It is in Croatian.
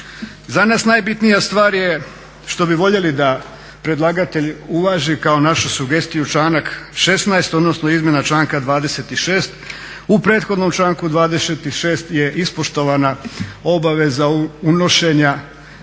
Za nas najbitnija stvar je što bi voljeli da predlagatelj uvaži kao našu sugestiju članak 16.odnosno izmjena članka 26., u prethodnom članku 26.je ispoštovana obaveza unošenja